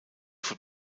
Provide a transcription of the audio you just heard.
von